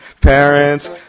parents